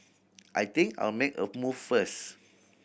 I think I'll make a move first